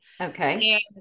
Okay